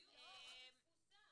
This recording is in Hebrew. לא, רק התפוסה.